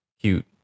cute